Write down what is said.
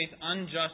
unjust